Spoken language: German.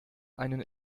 einen